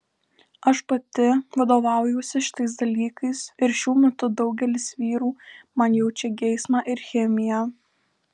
aš pati vadovaujuosi šitais dalykais ir šiuo metu daugelis vyrų man jaučia geismą ir chemiją